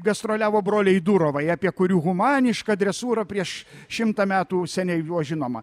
gastroliavo broliai durovai apie kurių humanišką dresūrą prieš šimtą metų seniai buvo žinoma